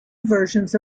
versions